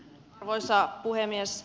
arvoisa puhemies